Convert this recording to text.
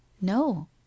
No